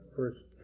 first